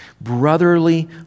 brotherly